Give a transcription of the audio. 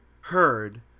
heard